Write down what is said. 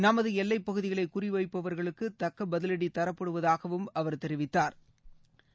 நமது எல்லைப்பகுதிகளை குறிவைப்பவர்களுக்கு தக்க பதிலடி தரப்படுவதாக அவர் தெரிவித்தாா்